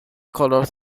colours